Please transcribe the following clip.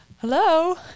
hello